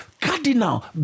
cardinal